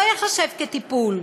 לא ייחשב כטיפול,